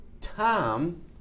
Tom